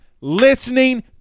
listening